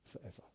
forever